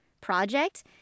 project